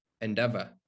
endeavor